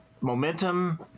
Momentum